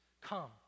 come